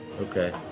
okay